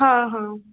हां हां